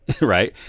right